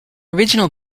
original